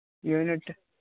unit